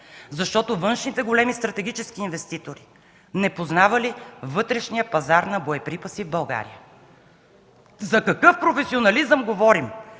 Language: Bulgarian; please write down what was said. защото външните големи стратегически инвеститори не познавали вътрешния пазар на боеприпаси в България. За какъв професионализъм говорим,